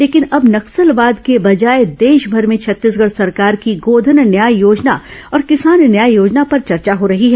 लेकिन अब नक्सलवाद के बजाय देशमर में छत्तीसगढ़ सरकार की गोधन न्याय योजना और किसान न्याय योजना की चर्चा हो रही है